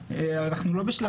אנחנו לא בשלב השמיעה.